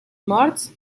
morts